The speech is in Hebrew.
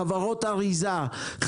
חברות אריזה,